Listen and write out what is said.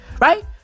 right